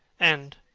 and,